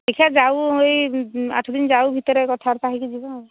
ଦେଖିବା ଯାଉ ଏଇ ଆଠ ଦିନ ଯାଉ ଭିତରେ କଥାବାର୍ତ୍ତା ହୋଇକି ଯିବା